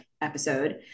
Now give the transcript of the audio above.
episode